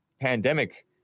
pandemic